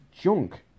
junk